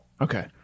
Okay